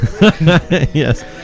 Yes